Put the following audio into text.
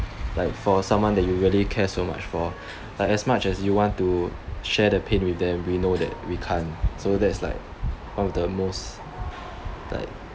like for someone that you really care so much for like as much as you want to share the pain with them you know that you can't so that's like one of the most like